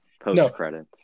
post-credits